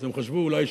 אז הם חשבו אולי,